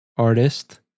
artist